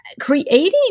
creating